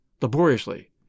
laboriously